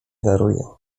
daruję